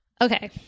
Okay